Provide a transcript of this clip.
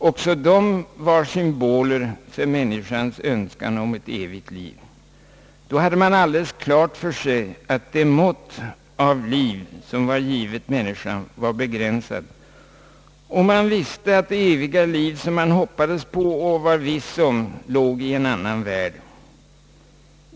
Också de var symboler för människans önskan om ett evigt liv. Då hade man alldeles klart för sig att det mått av liv som här på jorden var givet människan var begränsat, och man visste att det eviga liv, som man hoppades på och var viss om, låg i en annan värld.